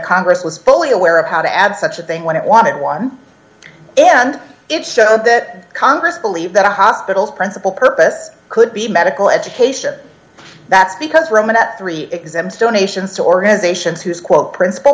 congress was fully aware of how to add such a thing when it wanted one and it showed that congress believe that a hospital principal purpose could be medical education that's because roman at three exams donations to organizations whose quote principal